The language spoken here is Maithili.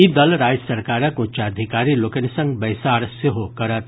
ई दल राज्य सरकारक उच्चाधिकारी लोकनि संग बैसार सेहो करत